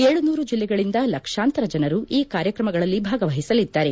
ಏಳುನೂರು ಜಿಲ್ಲೆಗಳಿಂದ ಲಕ್ಷಾಂತರ ಜನರು ಈ ಕಾರ್ಯಕ್ರಮಗಳಲ್ಲಿ ಭಾಗವಹಿಸಲಿದ್ದಾರೆ